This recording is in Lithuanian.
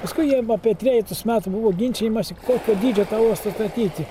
paskui jiem apie trejetus metų buvo ginčijamasi kokio dydžio tą uostą statyti